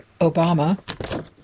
Obama